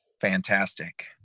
Fantastic